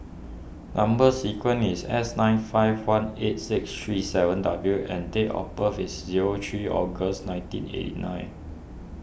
Number Sequence is S nine five one eight six three seven W and date of birth is zero three August nineteen eighty nine